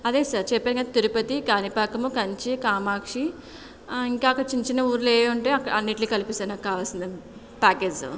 అదే సార్ చెప్పానుగా తిరుపతి కాణిపాకము కంచి కామాక్షి ఇంకా అక్కడ చిన్న చిన్న ఊళ్ళు ఏవేవి ఉంటాయో అన్నింటినీ కలిపి సార్ నాకు కావలసింది ప్యాకేజ్